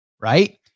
right